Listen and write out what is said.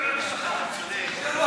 למשפחה שזה היה פיגוע.